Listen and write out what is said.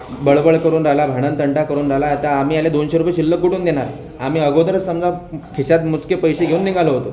बडबड करून राहिला भांडणतंटा करून राहिला आता आम्ही याला दोनशे रुपये शिल्लक कुठून देणार आम्ही अगोदरच समजा खिशात मोजके पैसे घेऊन निघालो होतो